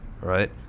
right